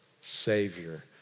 savior